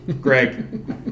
Greg